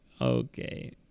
okay